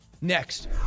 Next